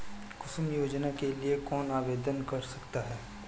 कुसुम योजना के लिए कौन आवेदन कर सकता है?